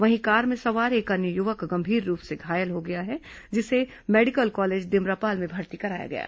वहीं कार में सवार एक अन्य युवक गंभीर रूप से घायल हो गया जिसे मेडिकल कॉलेज डिमरापाल में भर्ती कराया गया है